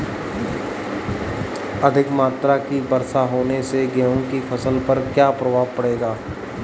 अधिक मात्रा की वर्षा होने से गेहूँ की फसल पर क्या प्रभाव पड़ेगा?